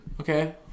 Okay